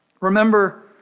remember